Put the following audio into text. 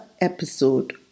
episode